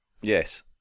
Yes